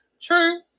True